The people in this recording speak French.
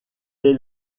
est